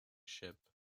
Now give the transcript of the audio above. ship